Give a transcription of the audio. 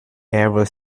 ever